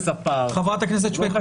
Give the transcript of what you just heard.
חברת הכנסת שפק,